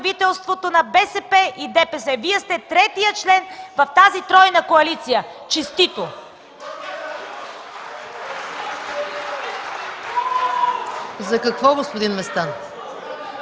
правителството на БСП и ДПС. Вие сте третият член в тази тройна коалиция. Честито! (Ръкопляскания от